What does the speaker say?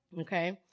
Okay